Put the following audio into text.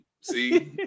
see